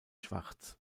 schwarz